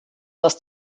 das